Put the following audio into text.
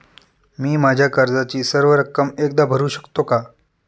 मी माझ्या कर्जाची सर्व रक्कम एकदा भरू शकतो का?